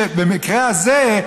שבמקרה הזה,